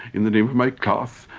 in the name of my class,